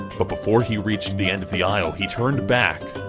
but before he reached the end of the aisle, he turned back,